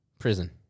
Prison